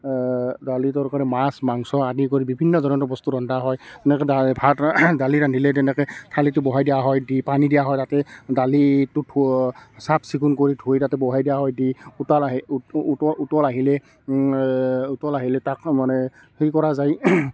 দালি তৰকাৰি মাছ মাংস আদি কৰি বিভিন্ন ধৰণৰ বস্তু ৰন্ধা হয় এনেকৈ দালি ভাত দালি ৰান্ধিলে তেনেকৈ দালিটো বহাই দিয়া হয় দি পানী দিয়া হয় তাতে দালিটো ধোৱা চাফ চিকুণ কৰি ধুই তাতে বহাই দিয়া হয় দি উতল আহি উ উতল উতল আহিলে উতল আহিলে তাক মানে হেৰি কৰা যায়